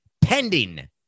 pending